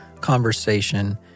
conversation